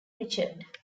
richard